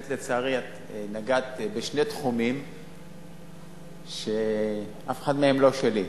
לצערי, את נגעת בשני תחומים שאף אחד מהם לא שלי.